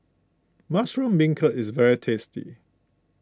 Mushroom Beancurd is very tasty